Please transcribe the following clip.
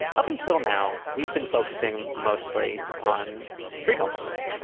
up until now, we've been focusing mostly on street homelessness,